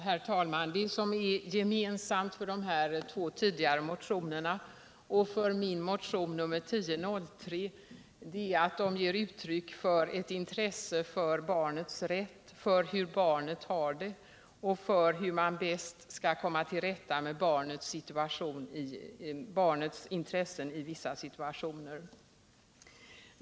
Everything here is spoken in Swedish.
Herr talman! Det som är gemensamt för de båda motioner som tidigare har berörts och min motion nr 1003 är att de ger uttryck för ett intresse för barnets rätt, för hur barnet har det och för hur man bäst skall komma till rätta med barnets intressen i vissa situationer.